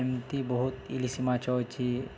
ଏମିତି ବହୁତ ଇଲିଶି ମାଛ ଅଛି